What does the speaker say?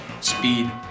speed